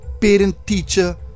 parent-teacher